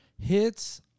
Hits